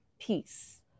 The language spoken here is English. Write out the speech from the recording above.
Peace